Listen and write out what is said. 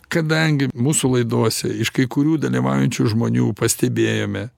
kadangi mūsų laidose iš kai kurių dalyvaujančių žmonių pastebėjome